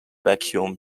vacuum